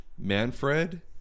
Manfred